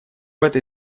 этой